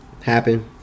happen